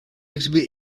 exhibit